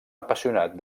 apassionat